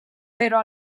però